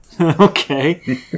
Okay